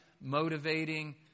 motivating